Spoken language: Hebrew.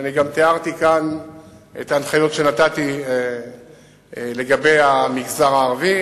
ואני גם תיארתי כאן את ההנחיות שנתתי לגבי המגזר הערבי